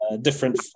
different